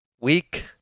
week